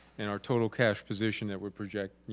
and our total cash position that we project,